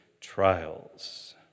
trials